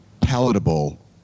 palatable